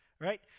Right